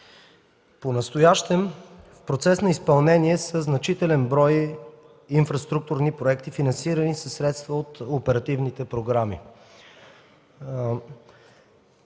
Понастоящем в процес на изпълнение са значителен брой инфраструктурни проекти, финансирани със средства от оперативните програми.